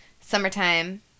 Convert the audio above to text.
Summertime